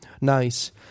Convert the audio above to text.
Nice